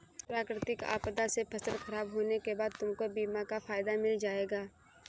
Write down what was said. प्राकृतिक आपदा से फसल खराब होने के बाद तुमको बीमा का फायदा मिल जाएगा